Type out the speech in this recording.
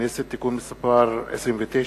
הכנסת (תיקון מס' 29)